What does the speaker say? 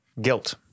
guilt